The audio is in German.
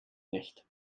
nicht